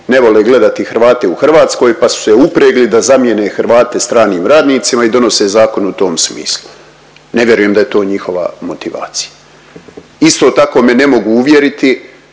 ne vole gledati Hrvate u Hrvatskoj pa su se upregli da zamjene Hrvate stranim radnicima i donose zakon u tom smislu. Ne vjerujem da je to njihova motivacija. Isto tako me ne mogu uvjeriti